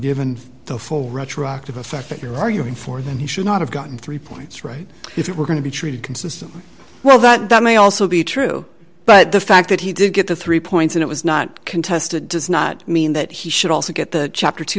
given the full retroactive effect that you're arguing for then he should not have gotten three points right if it were going to be treated consistently well that may also be true but the fact that he didn't get the three points and it was not contested does not mean that he should also get the chapter two